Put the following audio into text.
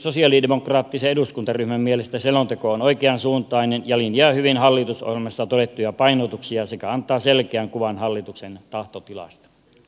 sosialidemokraattisen eduskuntaryhmän mielestä selonteko on oikeansuuntainen ja linjaa hyvin hallitusohjelmassa todettuja painotuksia sekä antaa selkeän kuvan hallituksen tahtotilasta